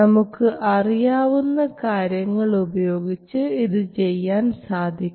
നമുക്ക് അറിയാവുന്ന കാര്യങ്ങൾ ഉപയോഗിച്ച് ഇത് ചെയ്യാൻ സാധിക്കും